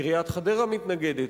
עיריית חדרה מתנגדת.